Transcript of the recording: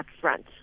front